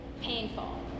painful